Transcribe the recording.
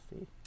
see